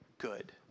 good